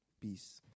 Peace